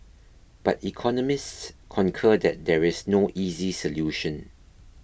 but economists concur that there is no easy solution